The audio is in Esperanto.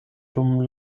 dum